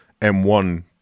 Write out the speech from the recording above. M1